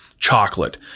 chocolate